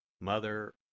Mother